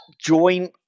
Join